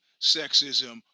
sexism